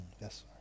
Yes